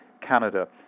Canada